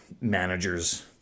managers